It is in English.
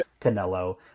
Canelo